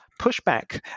pushback